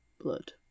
blood